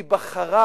היא בחרה